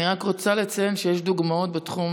אני רק רוצה לציין שיש דוגמאות בתחום